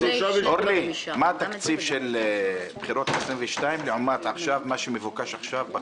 מה תקציב הבחירות לכנסת ה-22 לעומת מה שמבוקש עכשיו?